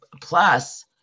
plus